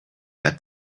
had